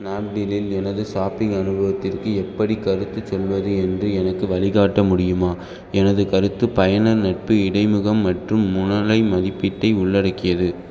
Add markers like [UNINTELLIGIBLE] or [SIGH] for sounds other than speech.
ஸ்னாப்டீலில் எனது ஷாப்பிங் அனுபவத்திற்கு எப்படிக் கருத்துச் சொல்வது என்று எனக்கு வழிகாட்ட முடியுமா எனது கருத்து பயனர் நட்பு இடைமுகம் மற்றும் [UNINTELLIGIBLE] மதிப்பீட்டை உள்ளடக்கியது